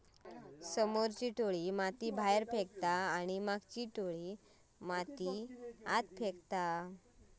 समोरची टोळी माती बाहेर फेकता आणि मागची टोळी माती आत फेकता